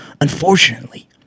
unfortunately